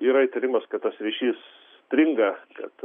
yra įtarimas kad tas ryšys stringa kad